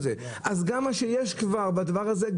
אז גם מה שיש כבר בדבר הזה,